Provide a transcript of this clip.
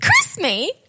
Christmas